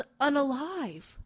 unalive